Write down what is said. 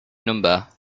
number